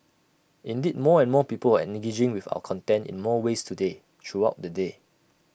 indeed more and more people are engaging with our content in more ways today throughout the day